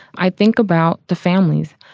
i think about the families.